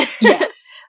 Yes